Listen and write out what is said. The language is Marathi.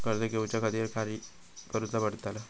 कर्ज घेऊच्या खातीर काय करुचा पडतला?